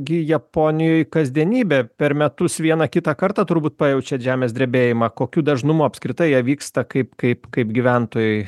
gi japonijoj kasdienybė per metus vieną kitą kartą turbūt pajaučiat žemės drebėjimą kokiu dažnumu apskritai jie vyksta kaip kaip kaip gyventojai